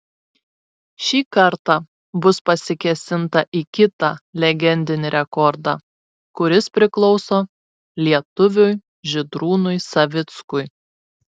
šį kartą bus pasikėsinta į kitą legendinį rekordą kuris priklauso lietuviui žydrūnui savickui